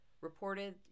reported